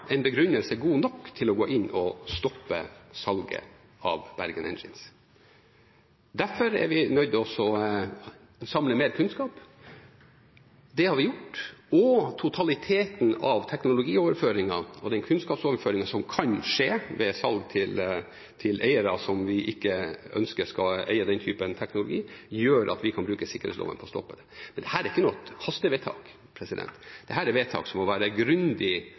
en begrunnelse god nok til å gå inn og stoppe salget av Bergen Engines. Derfor er vi nødt til å samle mer kunnskap. Det har vi gjort, og totaliteten av teknologioverføringen og kunnskapsoverføringen som kan skje ved salg til eiere som vi ikke ønsker skal eie den typen teknologi, gjør at vi kan bruke sikkerhetsloven til å stoppe det. Men dette er ikke noe hastevedtak. Dette er vedtak som må være grundig